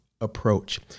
approach